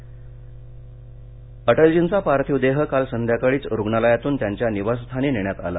अंत्यसंस्कार अटलजींचा पार्थिवदेह काल संध्याकाळीच रुग्णालयातून त्यांच्या निवासस्थानी नेण्यात आला